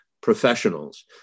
professionals